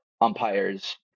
umpires